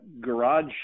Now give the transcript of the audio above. garage